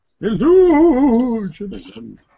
Illusion